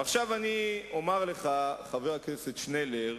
עכשיו אומר לך, חבר הכנסת שנלר,